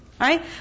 Right